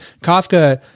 Kafka